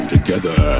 Together